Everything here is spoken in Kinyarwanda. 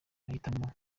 amahitamo